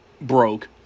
broke